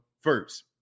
first